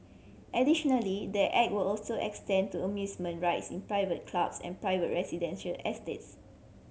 additionally the Act will also extend to amusement rides in private clubs and private residential estates